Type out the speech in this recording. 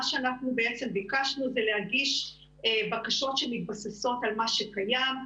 מה שאנחנו ביקשנו זה להגיש בקשות שמתבססות על מה שקיים,